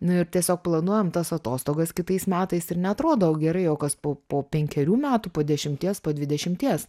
nu ir tiesiog planuojam tas atostogas kitais metais ir neatrodo gerai o kas po po penkerių metų po dešimties po dvidešimties